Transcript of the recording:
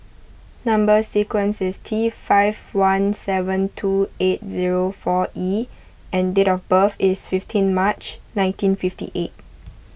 Number Sequence is T five one seven two eight zero four E and date of birth is fifteenth March nineteen fifty eight